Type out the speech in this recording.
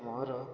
ମୋର